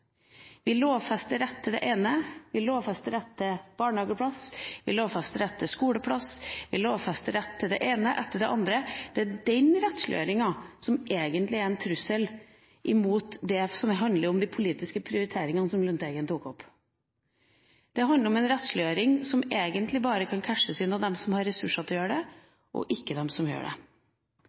Vi holder på med det hele tida – vi lovfester rett til barnehageplass, vi lovfester rett til skoleplass, vi lovfester retten til det ene etter det andre. Det er den rettsliggjøringa som egentlig er en trussel imot det som handler om de politiske prioriteringene, som Lundteigen tok opp. Det handler om en rettsliggjøring som egentlig bare kan «cashes» inn av dem som har ressurser til det. Når vi vedtar makspris i denne sal, høres det